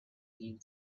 need